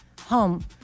home